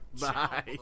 Bye